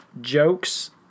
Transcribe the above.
jokes